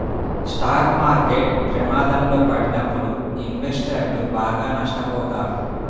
stock market ప్రమాదంలో పడినప్పుడు ఇన్వెస్టర్లు బాగా నష్టపోతారు